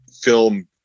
film